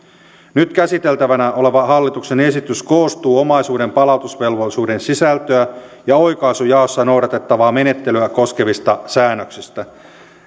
nyt käsiteltävänä oleva hallituksen esitys koostuu omaisuuden palautusvelvollisuuden sisältöä ja oikaisujaossa noudatettavaa menettelyä koskevista säännöksistä